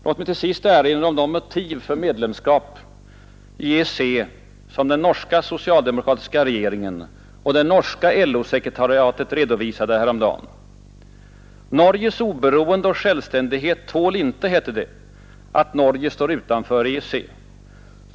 Låt mig till sist erinra om de motiv för medlemskap i EEC som den norska socialdemokratiska regeringen och det norska LO-sekretariatet redovisade häromdagen. Norges oberoende och självständighet tål inte, hette det, att Norge står utanför EEC.